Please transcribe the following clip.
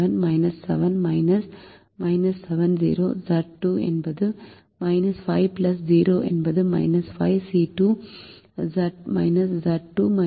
எனவே 7 7 0 Z2 என்பது 5 0 என்பது 5 C2 Z2 5 இது 0